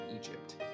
Egypt